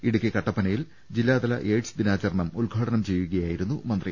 ഇടുക്കി കട്ടപ്പനയിൽ ജില്ലാതല എയ്ഡ്സ് ദിനാചരണം ഉദ്ഘാടനം ചെയ്യുകയായി രുന്നു മന്ത്രി